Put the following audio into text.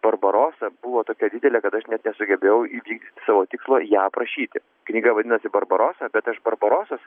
barbarosa buvo tokia didelė kad aš net nesugebėjau įvykdyti savo tikslo ją aprašyti knyga vadinasi barbarosa bet aš barbarosos